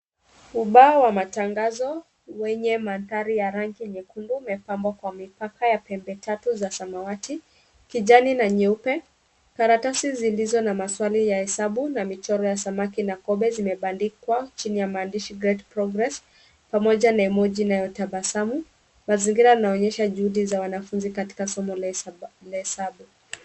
Ubao wa matangazo wenye mandhari ya rangi nyekundu umepambwa kwa mipaka ya pembe tatu za samawati, kijani na nyeupe, karatasi zilizo na maswali ya hesabu na michoro ya samaki na kobe zimebandikwa chini ya maandishi Great Progress pamoja na emoji inayotabasamu. Mazingira yanaonyesha juhudi za wanafunzi katika somo la hesabu.